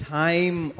time